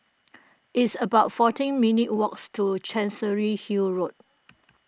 it's about fourteen minutes' walks to Chancery Hill Road